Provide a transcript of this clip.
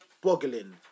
boggling